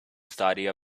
study